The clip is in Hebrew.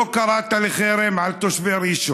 לא קראת לחרם על תושבי ראשון,